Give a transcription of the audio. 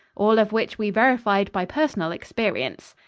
all of which we verified by personal experience.